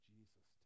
Jesus